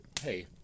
hey